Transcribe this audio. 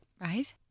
Right